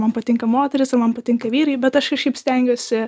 man patinka moterys ar man patinka vyrai bet aš kažkaip stengiuosi